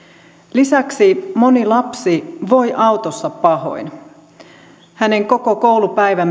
lisäksi moni lapsi voi autossa pahoin lapsen koko koulupäivä